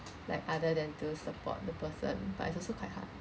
like other than to support the person but it's also quite hard